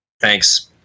Thanks